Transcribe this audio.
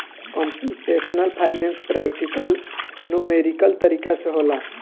computational finance practical numerical तरीका से होला